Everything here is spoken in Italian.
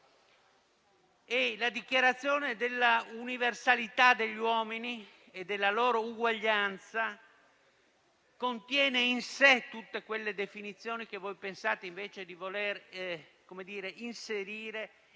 La dichiarazione dell'universalità degli uomini e della loro uguaglianza contiene in sé tutte quelle definizioni che pensate invece di voler inserire,